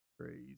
Crazy